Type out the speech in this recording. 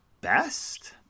best